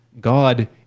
God